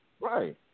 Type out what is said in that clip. Right